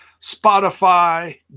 Spotify